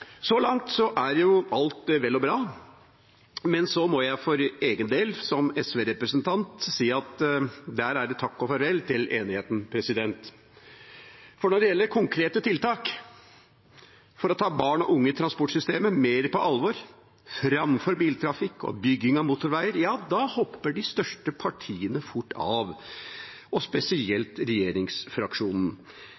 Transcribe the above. Så langt er alt vel og bra. Men så må jeg for egen del, som SV-representant, si at der er det takk og farvel til enigheten, for når det gjelder konkrete tiltak for å ta barn og unge i transportsystemet mer på alvor, framfor biltrafikk og bygging av motorveier, hopper de største partiene fort av, og